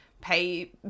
pay